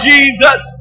Jesus